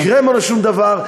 ולא יקרה ממנו שום דבר.